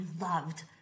loved